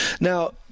Now